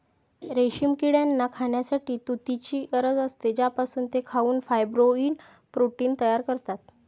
रेशीम किड्यांना खाण्यासाठी तुतीची गरज असते, ज्यापासून ते खाऊन फायब्रोइन प्रोटीन तयार करतात